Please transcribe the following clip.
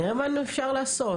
נראה מה אפשר לעשות,